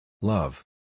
Love